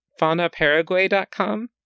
faunaparaguay.com